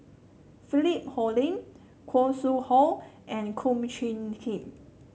Philip Hoalim Khoo Sui Hoe and Kum Chee Kin